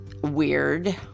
Weird